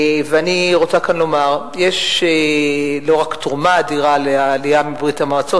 אני רוצה לומר שלא רק שיש תרומה אדירה לעלייה מברית-המועצות,